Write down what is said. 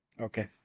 Okay